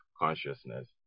consciousness